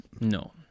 No